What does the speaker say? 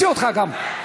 אני אוציא גם אותך.